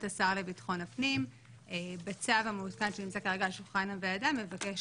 השר לביטחון הפנים בצו המעודכן שנמצא כרגע על שולחן הוועדה מבקש